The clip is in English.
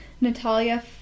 Natalia